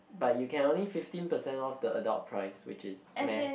but you can only fifteen percent off the adult price which is meh